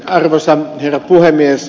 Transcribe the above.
arvoisa herra puhemies